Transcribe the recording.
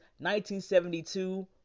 1972